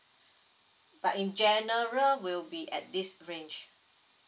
but in general will be at this range